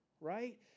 right